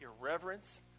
irreverence